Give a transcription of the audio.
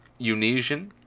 Unisian